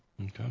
Okay